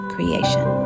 Creation